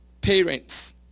parents